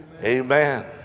amen